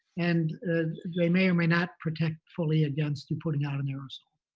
and they may or may not protect fully against you putting out an aerosol.